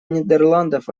нидерландов